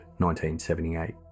1978